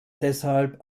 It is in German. deshalb